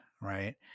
right